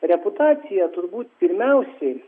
reputacija turbūt pirmiausiai